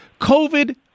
COVID